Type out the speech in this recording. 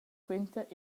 quinta